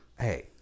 hey